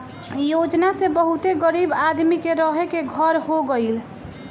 इ योजना से बहुते गरीब आदमी के रहे के घर हो गइल